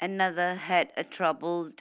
another had a troubled